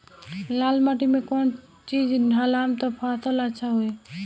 लाल माटी मे कौन चिज ढालाम त फासल अच्छा होई?